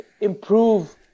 improve